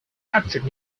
captured